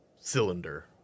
cylinder